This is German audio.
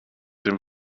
dem